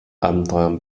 abenteuern